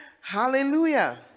Hallelujah